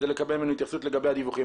ונקבל ממנו דיווחים לגבי האכיפה.